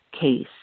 case